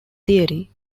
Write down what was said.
theory